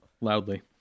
loudly